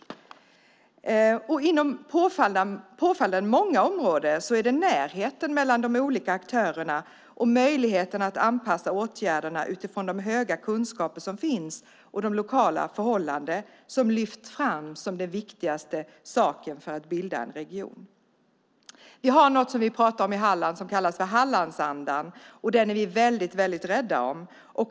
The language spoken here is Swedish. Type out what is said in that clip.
Inom påfallande många områden är det närheten mellan de olika aktörerna och möjligheten att anpassa åtgärderna utifrån de höga kunskaper som finns och de lokala förhållandena som lyfts fram som den viktigaste saken för att bilda en region. I Halland har vi något som kallas för Hallandsandan, och den är vi väldigt rädda om.